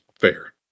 fair